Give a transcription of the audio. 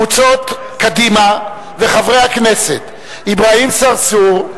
קבוצת קדימה, חברי הכנסת אברהים צרצור,